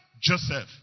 Joseph